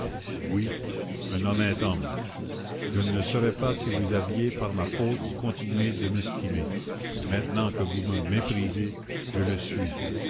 oui un honnête homme je ne le serais pas si vous aviez par ma faute continué de m'estimer maintenant que vous me méprisez je le suis